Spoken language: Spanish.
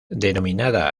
denominada